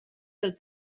del